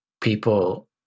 people